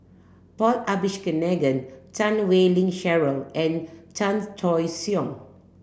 Paul Abisheganaden Chan Wei Ling Cheryl and Chan Choy Siong